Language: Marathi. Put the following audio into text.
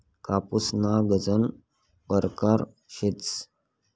कापूसना गनज परकार शेतस